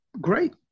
great